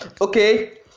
Okay